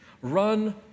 Run